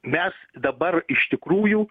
mes dabar iš tikrųjų